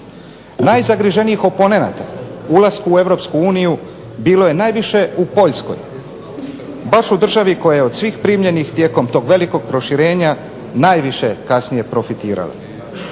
Najzagriženijih oponenata ulasku u Europsku uniju bilo je najviše u Poljskoj, baš u državi koja je od svih primljenih tijekom tog velikog proširenja najviše kasnije profitirala.